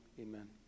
Amen